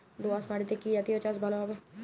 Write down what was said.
দোয়াশ মাটিতে কি জাতীয় চাষ ভালো হবে?